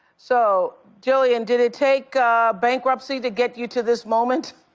so, jillian, did it take bankruptcy to get you to this moment?